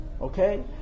okay